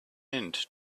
mint